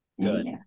good